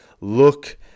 look